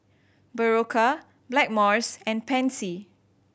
Berocca Blackmores and Pansy